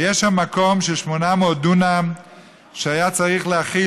ויש שם מקום של 800 דונם שהיה צריך להכיל